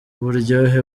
buryohe